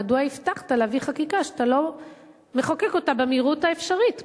מדוע הבטחת להביא חקיקה שאתה לא מחוקק אותה במהירות האפשרית פה,